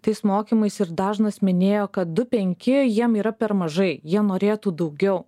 tais mokymais ir dažnas minėjo kad du penki jiem yra per mažai jie norėtų daugiau